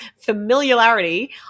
familiarity